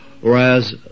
Whereas